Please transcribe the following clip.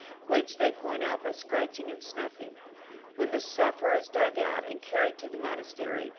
which they point out by scratching and snuffing when the sufferer is dug out, and carried to the monastery,